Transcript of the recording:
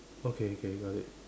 okay okay got it